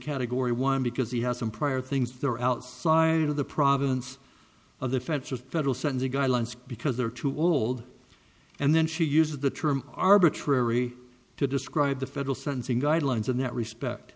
category one because he has some prior things that are outside of the province of the feds the federal sentencing guidelines because they're too old and then she uses the term arbitrary to describe the federal sentencing guidelines in that respect